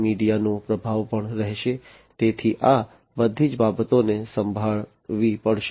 મીડિયાનો પ્રભાવ પણ રહેશે તેથી આ બધી બાબતોને સંભાળવી પડશે